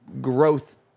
growth